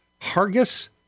Hargis